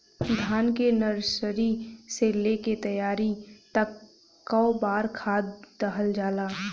धान के नर्सरी से लेके तैयारी तक कौ बार खाद दहल जाला?